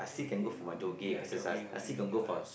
uh ya jogging or swimming this one